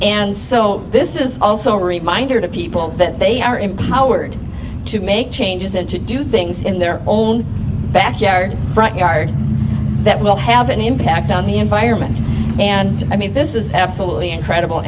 and so this is also a reminder to people that they are empowered to make changes and to do things in their own backyard front yard that will have an impact on the environment and i mean this is absolutely incredible